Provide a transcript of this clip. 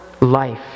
life